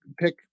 pick